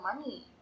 money